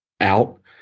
out